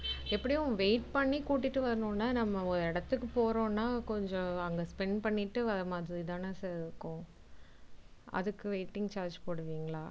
எப்படியும் வெயிட் பண்ணி கூட்டிகிட்டு வரணும்னால் நம்ம ஒரு இடத்துக்கு போறோம்னால் கொஞ்சம் அங்கே ஸ்பென்ட் பண்ணிட்டு வர மாதிரி தானே சார் இருக்கும் அதுக்கு வெயிட்டிங் சார்ஜ் போடுவீங்களா